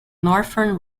northern